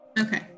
Okay